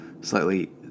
slightly